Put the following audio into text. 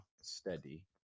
steady